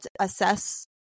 assess